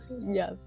yes